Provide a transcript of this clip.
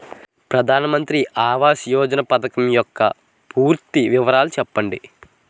ప్రధాన మంత్రి ఆవాస్ యోజన పథకం యెక్క పూర్తి వివరాలు చెప్పండి?